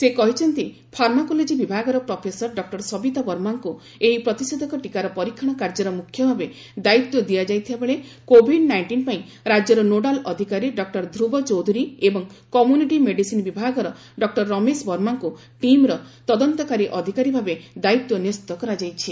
ସେ କହିଛନ୍ତି ଫାର୍ମାକୋଲୋଜି ବିଭାଗର ପ୍ରଫେସର ଡକ୍ଟର ସବିତା ବର୍ମାଙ୍କୁ ଏହି ପ୍ରତିଷେଧକ ଟୀକାର ପରୀକ୍ଷଣ କାର୍ଯ୍ୟର ମୁଖ୍ୟ ଭାବେ ଦାୟିତ୍ୱ ଦିଆଯାଇଥିବାବେଳେ କୋଭିଡ୍ ନାଇଷ୍ଟିନ୍ ପାଇଁ ରାଜ୍ୟର ନୋଡାଲ୍ ଅଧିକାରୀ ଡକ୍ଟର ଧ୍ରୁବ୍ ଚୌଧୁରୀ ଏବଂ କମ୍ୟୁନିଟି ମେଡିସିନ୍ ବିଭାଗର ଡକ୍ଟର ରମେଶ ବର୍ମାଙ୍କୁ ଟିମ୍ର ତଦନ୍ତକାରୀ ଅଧିକାରୀ ଭାବେ ଦାୟିତ୍ୱ ନ୍ୟସ୍ତ କରାଯାଇଛି